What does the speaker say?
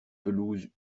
pelouses